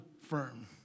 firm